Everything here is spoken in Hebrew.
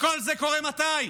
וכל זה קורה מתי?